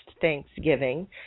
Thanksgiving